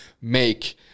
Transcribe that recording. make